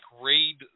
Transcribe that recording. read